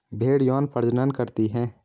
भेड़ यौन प्रजनन करती है